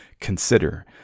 consider